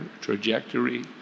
trajectory